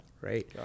right